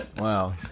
Wow